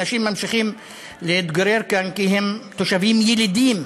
אנשים ממשיכים להתגורר כאן כי הם תושבים ילידים,